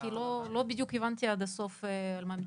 כי לא בדיוק הבנתי עד הסוף על מה מדובר.